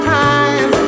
time